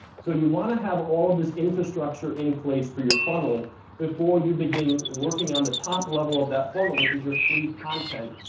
so you wanna have all of this infrastructure in place for your funnel before you begin working on the top level of that funnel, which is your free content.